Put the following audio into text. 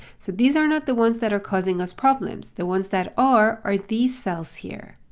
so these are not the ones that are causing us problems, the ones that are, are these cells here.